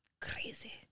Crazy